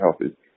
healthy